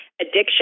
addiction